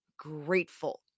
grateful